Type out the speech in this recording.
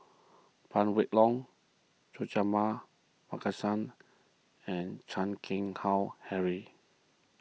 Phan Wait Hong Suratman Markasan and Chan Keng Howe Harry